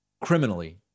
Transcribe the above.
criminally